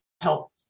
help